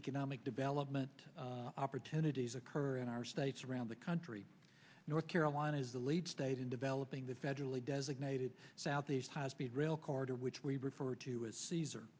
economic development opportunities occur in our states around the country north carolina is the lead state in developing the federally designated southeast high speed rail corridor which we refer to as caesar